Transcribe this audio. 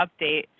update